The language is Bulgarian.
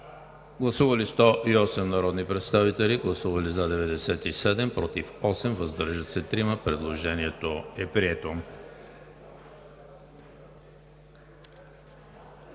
Гласували 108 народни представители: за 99, против 5, въздържали се 4. Предложението е прието.